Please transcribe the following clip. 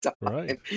right